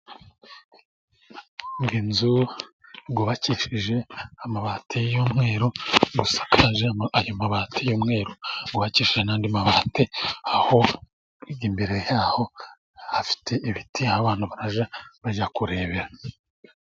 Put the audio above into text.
Iyi nzu yubakishije amabati y'umweru, isakaje ayo mabati y'umweru. Yubakishije n'andi mabati aho hirya imbere yaho hafite ibiti abantu bajya bajya kurebera.